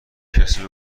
کسی